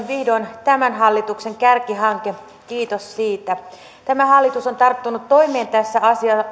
vihdoin tämän hallituksen kärkihanke kiitos siitä tämä hallitus on tarttunut toimeen tässä